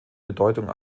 bedeutung